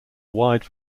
wide